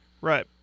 Right